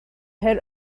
her